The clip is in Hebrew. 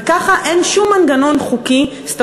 וככה אין שום מנגנון חוקי, סטטוטורי,